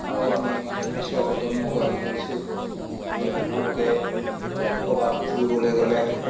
আৰু আমি পিছৰ প্ৰজন্মকো আহি কৈছোঁ যে তোমালোকে ক'ৰবাত ফুৰিবলৈ গ'লে